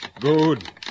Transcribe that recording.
good